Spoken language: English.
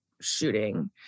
shooting